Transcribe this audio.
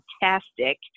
fantastic